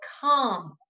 come